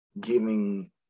giving